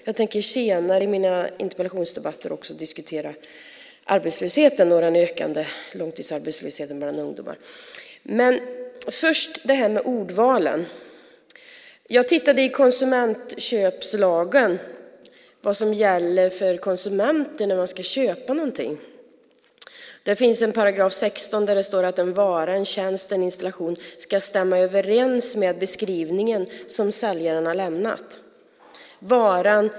Jag tänker senare i mina interpellationsdebatter också diskutera arbetslösheten och den ökande långtidsarbetslösheten bland ungdomar. Men först det här med ordvalen. Jag tittade i konsumentköplagen vad som gäller för konsumenter när de ska köpa någonting. I 16 § står det att en vara, tjänst eller installation ska stämma överens med beskrivningen som säljaren har lämnat.